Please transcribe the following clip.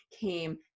came